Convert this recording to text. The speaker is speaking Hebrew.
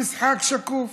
המשחק שקוף.